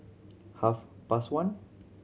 half past one